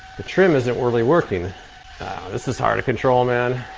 the trim isn't really working this is hard to control man.